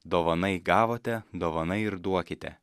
dovanai gavote dovanai ir duokite